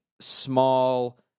small